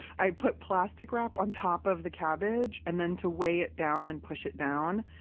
i put plastic wrap on top of the cabbage and then to weigh it down and push it down,